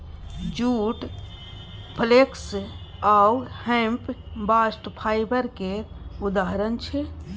जुट, flax आ hemp bast fibre केर उदाहरण छै